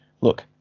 look